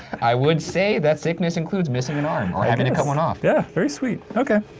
i would say that sickness includes missing an arm, or having to cut one off. yeah, very sweet, okay.